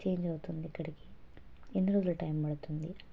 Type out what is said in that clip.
change అవుతుంది ఇక్కడికి ఎన్ని రోజుల టైం పడుతుంది